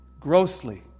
grossly